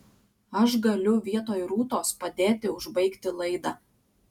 aš galiu vietoj rūtos padėti užbaigti laidą